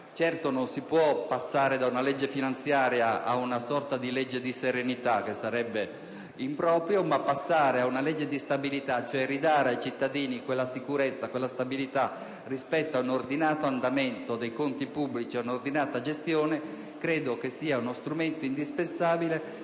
Certo, non si può passare da una legge finanziaria a una sorta di legge di serenità, che sarebbe improprio, ma passare ad una legge di stabilità, cioè ridare ai cittadini quella sicurezza, quella stabilità rispetto a un ordinato andamento dei conti pubblici e a un'ordinata gestione, credo sia indispensabile